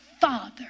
father